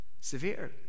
Severe